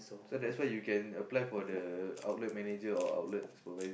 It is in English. so that's why you can apply for the outlet manger or outlet supervisor